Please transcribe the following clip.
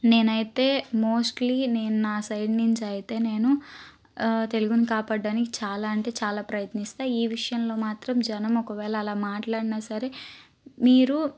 నేనైతే మోస్ట్లీ నేను నా సైడ్నించైతే నేను తెలుగును కాపాడ్డానికి చాలా అంటే చాలా ప్రయత్నిస్తా ఈ విషయంలో మాత్రం జనం ఒకవేళ అలా మాట్లాడినా సరే మీరు